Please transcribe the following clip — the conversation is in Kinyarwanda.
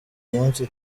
munsi